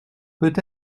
peut